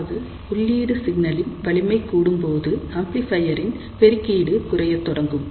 அதாவது உள்ளீடு சிக்னலின் வலிமை கூடும் போது ஆம்ப்ளிபையரின் பெருக்கீடு குறையத் தொடங்கும்